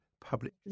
public